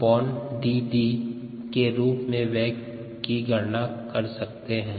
हम ∆S∆t के रूप में वेग की गणना कर सकते हैं